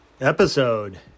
episode